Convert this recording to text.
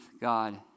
god